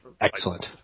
Excellent